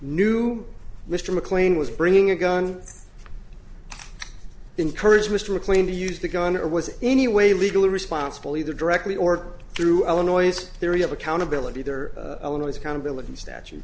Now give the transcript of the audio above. knew mr mclean was bringing a gun encourage mr mclean to use the gun or was anyway legally responsible either directly or through illinois theory of accountability either illinois accountability statute